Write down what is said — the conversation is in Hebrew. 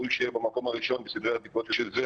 ראוי שיהיה במקום הראשון בסדרי העדיפויות.